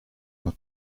not